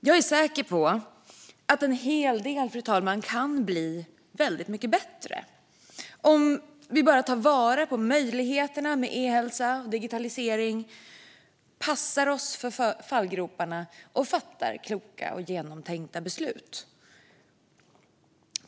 Jag är säker på, fru talman, att en hel del kan bli väldigt mycket bättre om vi bara tar vara på möjligheterna med e-hälsa och digitalisering, passar oss för fallgroparna och fattar kloka och genomtänkta beslut.